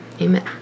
Amen